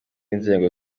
nzego